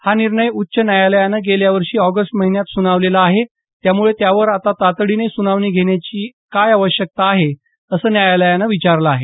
हा निर्णय उच्च न्यायालयानं गेल्या वर्षी ऑगस्ट महिन्यात सुनावलेला आहे त्यामुळे त्यावर आता तातडीने सुनावणी घेण्याची काय आवश्यकता आहे असं न्यायालयानं विचारलं आहे